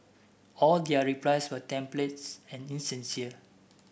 all their replies were templates and insincere